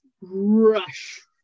rush